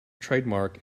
trademark